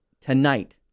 tonight